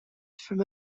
from